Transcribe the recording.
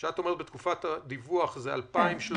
ואת אומרת שבתקופת הדיווח זה 2,390,